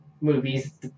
movies